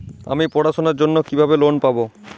আমি পড়াশোনার জন্য কিভাবে লোন পাব?